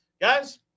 guys